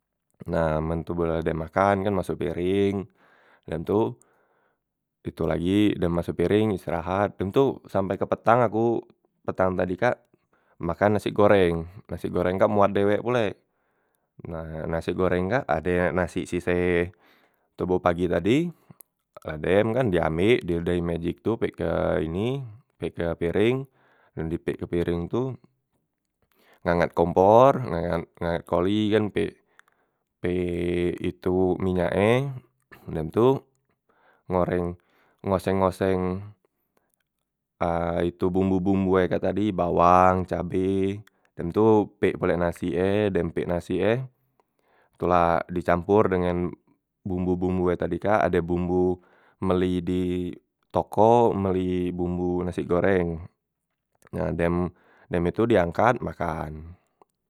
Nah men toboh la makan kan basok piring dem tu itu lagi dem basok piring dem tu istirahat dem tu sampek ke petang aku petang tadi kak makan nasik goreng, nasik goreng kak muat dewek pulek, nah nasi goreng kak ade yang nasik sise toboh pagi tadi, la dem kan diambek dio dayi mejik tu pik ke ini pik ke piring, dem di pik ke piring tu ngangat kompor, nah ngangat ngangat koli kan pik pik itu minyak e dem tu ngoreng ngoseng- ngoseng itu bumbu- bumbu e kak tadi bawang cabe dem tu pik pulek nasik e dem pik nasik e, tu la di campur dengan bumbu- bumbu e tadi kak ade bumbu meli di toko meli bumbu nasi goreng, nah dem dem itu diangkat makan.